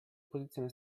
posizione